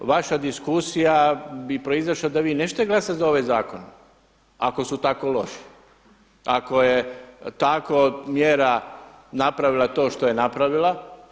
Vaša diskusija bi proizašla da vi nećete glasati za ovakav zakon ako su tako loši, ali je tako mjera napravila to što je napravila.